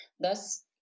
Thus